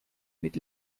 mit